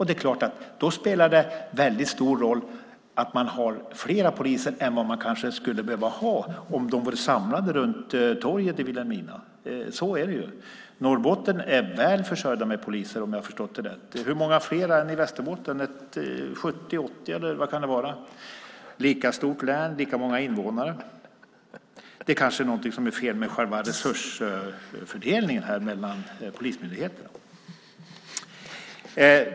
Det är klart att det då spelar stor roll att man har fler poliser än man kanske skulle behöva ha om de vore samlade runt torget i Vilhelmina. Så är det. Norrbotten är väl försörjt med poliser om jag förstått det rätt. Hur många fler är de än i Västerbotten? Är det 70 eller 80 fler, eller vad kan det vara? Västerbotten är ett lika stort län med lika många invånare som Norrbotten. Det kanske är något fel med själva resursfördelningen mellan polismyndigheterna.